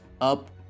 up